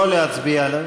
לא להצביע.